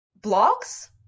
blocks